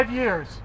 years